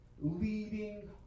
leading